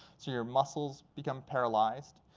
so your muscles become paralyzed.